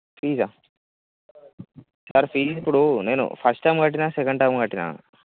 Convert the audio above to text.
ఫీజా sir please ఇప్పుడు నేను first term కట్టిన సెకండ్ టర్మ్ కట్టిన